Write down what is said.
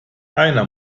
einer